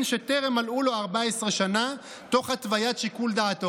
שבשעת גזר דינו טרם מלאו לו 14 שנה בנסיבות דלעיל,